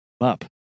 up